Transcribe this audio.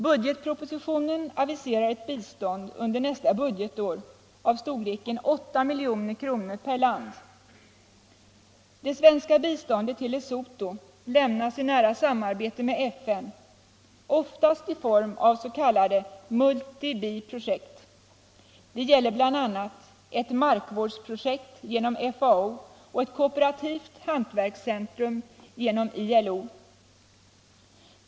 Budgetpropositionen aviserar ett bistånd under nästa budgetår av storleken 8 milj.kr. per land. Det svenska biståndet till Lesotho lämnas i nära samarbete med FN, oftast i form av s.k. multibiprojekt. Det gäller bl.a. ett markvårdsprojekt genom FAO och ett kooperativt hantverkscentrum genom ILO.